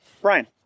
brian